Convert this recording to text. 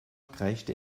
kreischte